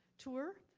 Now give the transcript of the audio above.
tour.